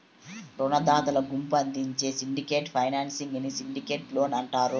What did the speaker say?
రునదాతల గుంపు అందించే సిండికేట్ ఫైనాన్సింగ్ ని సిండికేట్ లోన్ అంటారు